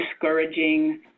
discouraging